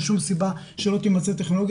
אין שום סיבה שלא תימצא טכנולוגיה.